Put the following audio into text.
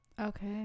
Okay